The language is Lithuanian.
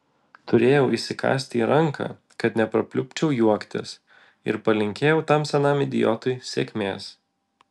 turėjau įsikąsti į ranką kad neprapliupčiau juoktis ir palinkėjau tam senam idiotui sėkmės